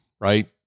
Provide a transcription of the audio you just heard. right